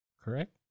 correct